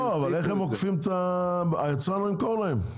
אבל איך הם עוקפים את ה היצרן לא ימכור להם.